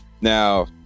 Now